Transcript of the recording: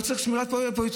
לא צריך סיבה פוליטית.